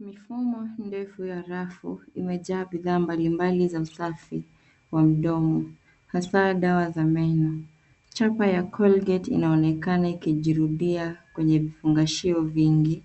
Mifumo ndefu ya rafu imejaa bidhaa mbalimbali za usafi wa mdomo hasa dawa za meno. Chapa ya colgate inaonekana ikijirudia kwenye vifungashio vingi.